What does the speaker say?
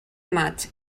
maig